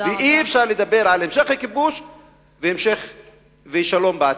ואי-אפשר לדבר על המשך הכיבוש ושלום בעתיד.